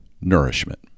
nourishment